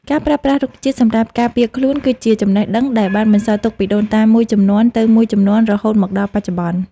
ការប្រើប្រាស់រុក្ខជាតិសម្រាប់ការពារខ្លួនគឺជាចំណេះដឹងដែលបានបន្សល់ទុកពីដូនតាមួយជំនាន់ទៅមួយជំនាន់រហូតមកដល់បច្ចុប្បន្ន។